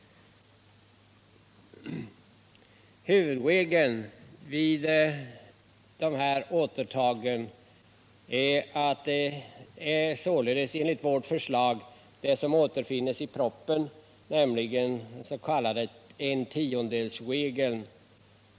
Huvudregeln vid sådana åtaganden är den s.k. tiondelsregeln, som återfinns i propositionen.